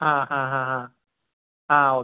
ആ ഹാ ആ ആ ആ ഓക്കെ